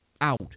out